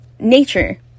Nature